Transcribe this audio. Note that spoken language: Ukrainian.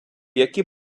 які